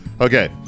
Okay